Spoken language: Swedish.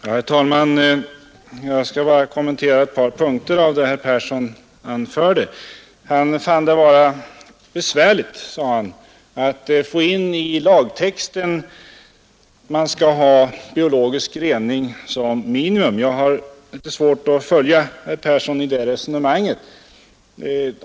Herr talman! Jag skall bara kommentera ett par punkter av det som herr Persson i Skänninge anförde. Han fann det vara besvärligt att få in i lagtexten att en biologisk rening skall utgöra ett minimum. Jag har litet svårt att följa herr Persson i hans resonemang.